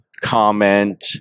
comment